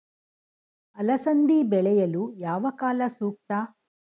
ಅಲಸಂದಿ ಬೆಳೆಯಲು ಯಾವ ಕಾಲ ಸೂಕ್ತ?